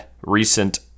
recent